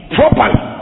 properly